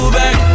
back